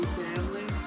family